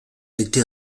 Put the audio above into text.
été